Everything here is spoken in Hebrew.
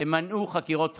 הם מנעו חקירות בכירים.